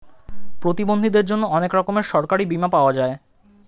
প্রতিবন্ধীদের জন্যে অনেক রকমের সরকারি বীমা পাওয়া যায়